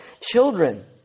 children